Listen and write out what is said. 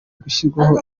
gushyirwaho